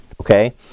Okay